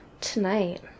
tonight